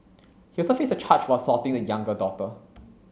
he also faced a charge for assaulting the younger daughter